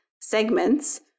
segments